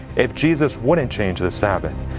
if jesus wouldn't change the sabbath,